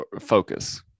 focus